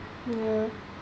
ya